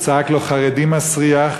הוא צעק לו: חרדי מסריח,